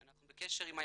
אנחנו בקשר עם היק"ר,